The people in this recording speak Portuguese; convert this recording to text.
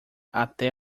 até